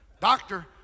Doctor